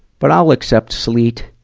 but i'll accept sleet.